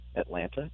Atlanta